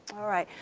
alright,